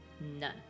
none